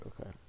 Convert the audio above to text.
okay